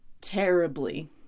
terribly